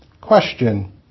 Question